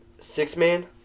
six-man